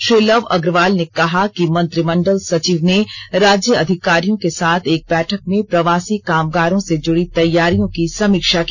श्री लव अग्रवाल ने कहा कि मंत्रिमंडल सचिव ने राज्य अधिकारियों के साथ एक बैठक में प्रवासी कामगारों से जुड़ी तैयारियों की समीक्षा की